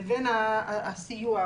לבין הסיוע.